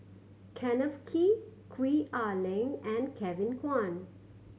Kenneth Kee Gwee Ah Leng and Kevin Kwan